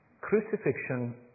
Crucifixion